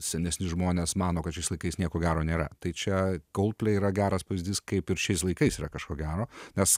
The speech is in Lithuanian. senesni žmonės mano kad šiais laikais nieko gero nėra tai čia coldplay yra geras pavyzdys kaip ir šiais laikais yra kažko gero nes